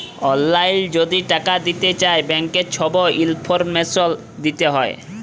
অললাইল যদি টাকা দিতে চায় ব্যাংকের ছব ইলফরমেশল দিতে হ্যয়